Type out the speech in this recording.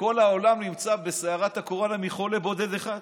שכל העולם נמצא בסערת הקורונה מחולה בודד אחד.